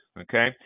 Okay